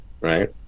right